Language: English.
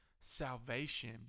salvation